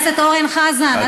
חבר הכנסת אורן חזן,